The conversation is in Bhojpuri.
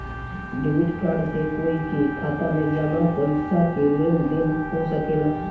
डेबिट कार्ड से कोई के खाता में जामा पइसा के लेन देन हो सकेला